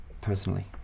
personally